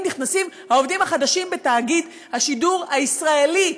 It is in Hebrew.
נכנסים העובדים החדשים בתאגיד השידור הישראלי.